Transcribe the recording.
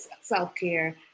self-care